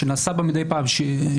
שנעשה בה מידי פעם שימוש.